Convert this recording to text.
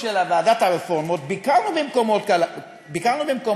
של ועדת הרפורמות ביקרנו במקומות כאלה.